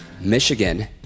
Michigan